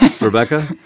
Rebecca